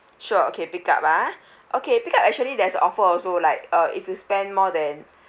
sure okay pick up ah okay pick up actually there's offer also like uh if you spend more than